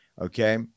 Okay